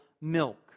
milk